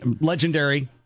legendary